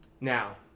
now